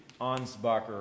Ansbacher